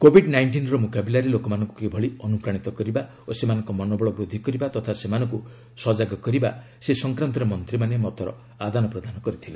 Covid ନାଇଷ୍ଟିନର ମୁକାବିଲାରେ ଲୋକମାନଙ୍କୁ କିଭଳି ଅନୁପ୍ରାଣିତ କରିବା ଓ ସେମାନଙ୍କ ମନୋବଳ ବୃଦ୍ଧି କରିବା ତଥା ସେମାନଙ୍କୁ ସଜାଗ କରିବା ସେ ସଂକ୍ରାନ୍ତରେ ମନ୍ତ୍ରୀମାନେ ମତର ଆଦାନପ୍ରଦାନ କରିଥିଲେ